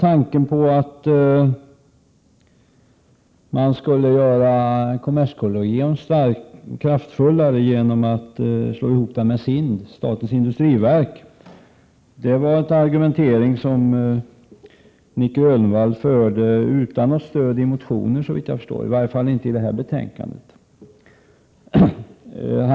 Tanken på att göra kommerskollegium kraftfullare genom att slå ihop det med SIND, statens industriverk, var en argumentering som Nic Grönvall förde utan något stöd i motioner, såvitt jag förstod — i varje fall inte i detta betänkande.